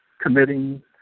committing